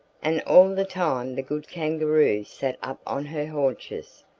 and all the time the good kangaroo sat up on her haunches,